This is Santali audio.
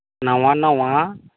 ᱱᱟᱣᱟ ᱱᱟᱣᱟ